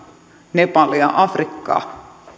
nepalia afrikkaa